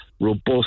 robust